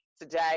today